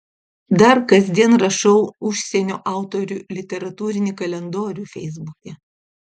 dar kasdien rašau užsienio autorių literatūrinį kalendorių feisbuke